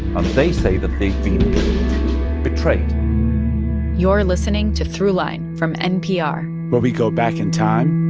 um they say that they've betrayed you're listening to throughline from npr. where we go back in time.